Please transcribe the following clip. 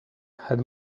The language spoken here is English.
had